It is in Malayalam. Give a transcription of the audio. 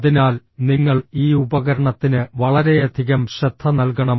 അതിനാൽ നിങ്ങൾ ഈ ഉപകരണത്തിന് വളരെയധികം ശ്രദ്ധ നൽകണം